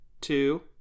two